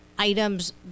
Items